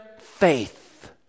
faith